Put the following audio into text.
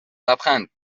لبخند